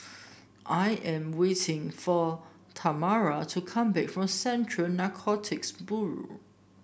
I am waiting for Tamra to come back from Central Narcotics Bureau